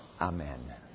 Amen